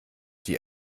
die